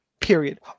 period